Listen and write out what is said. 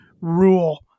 rule